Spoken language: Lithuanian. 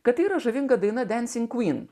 kad yra žavinga daina dancing queen